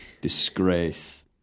disgrace